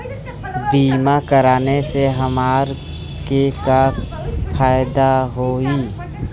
बीमा कराए से हमरा के का फायदा होई?